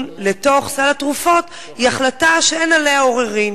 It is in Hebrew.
לתוך סל התרופות היא החלטה שאין עליה עוררין.